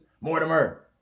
Mortimer